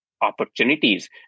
Opportunities